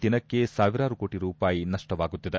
ದಿನಕ್ಕೆ ಸಾವಿರಾರು ಕೋಟಿ ರೂಪಾಯಿ ನಪ್ಪವಾಗುತ್ತಿದೆ